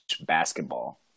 basketball